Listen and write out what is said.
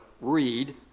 read